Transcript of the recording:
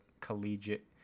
collegiate